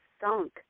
sunk